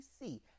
see